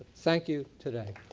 thank you today.